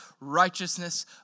righteousness